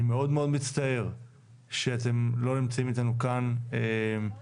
אני מאוד מצטער שאתם לא נמצאים איתנו כאן נוכחים,